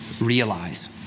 realize